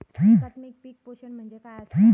एकात्मिक पीक पोषण म्हणजे काय असतां?